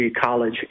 college